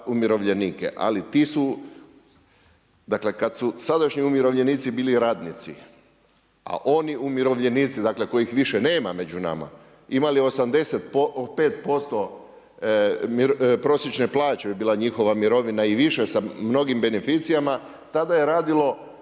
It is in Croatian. Ali ti su, dakle kad su sadašnji umirovljenici bili radnici, a oni umirovljenici dakle kojih više nema među nama imali 85% prosječne plaće bi bila njihova mirovina i više sa mnogim beneficijama tada je radilo